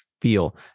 feel